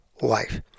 life